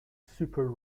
super